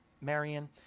Marion